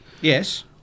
Yes